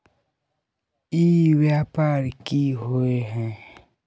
ई व्यापार की होय है?